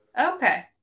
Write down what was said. Okay